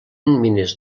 mines